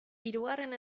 hirugarren